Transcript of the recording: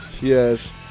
Yes